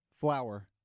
Flower